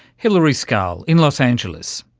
hilari scarl in los angeles.